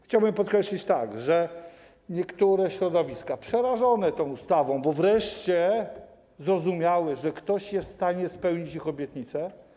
Chciałbym podkreślić, że niektóre środowiska są przerażone tą ustawą, bo wreszcie zrozumiały, że ktoś jest w stanie spełnić ich obietnice.